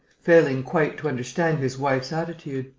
failing quite to understand his wife's attitude.